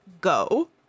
go